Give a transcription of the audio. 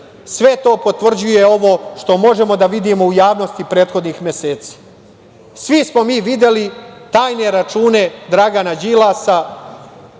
sve to potvrđuje ovo što možemo da vidimo u javnosti prethodnih meseci. Svi smo mi videli tajne račune Dragana Đilasa